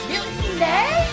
Mutiny